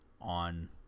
on